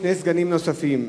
שני סגנים נוספים.